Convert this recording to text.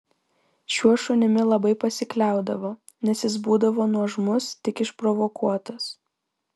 šiuo šunimi labai pasikliaudavo nes jis būdavo nuožmus tik išprovokuotas